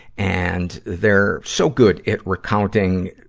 and they're so good at recounting,